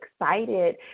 excited